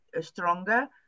stronger